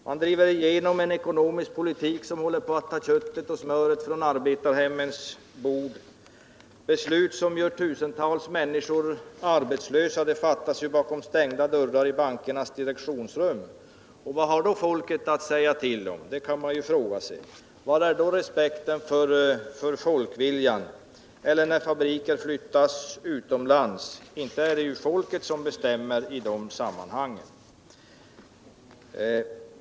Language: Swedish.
Man driver igenom en ekonomisk politik som håller på att ta köttet och smöret från arbetarhemmens bord, och beslut som gör tusentals människor arbetslösa fattas bakom stängda dörrar i bankernas direktionsrum. Vad har då folket att säga till om? Var är då respekten för folkviljan? Eller när fabriker flyttas utomlands — inte är det folket som bestämmer i de sammanhangen!